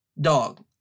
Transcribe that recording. Dog